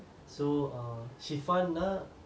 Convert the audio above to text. so err shefun ah